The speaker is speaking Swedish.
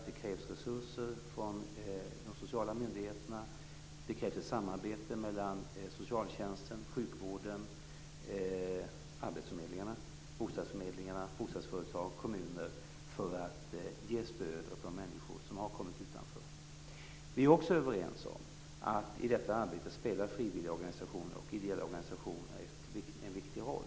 Det krävs resurser från de sociala myndigheterna, och det krävs ett samarbete mellan socialtjänsten, sjukvården, arbetsförmedlingarna, bostadsförmedlingarna, bostadsföretagen och kommunerna för att ge stöd åt de människor som har hamnat utanför. Vi är också överens om att i detta arbete spelar frivilliga och ideella organisationer en viktig roll.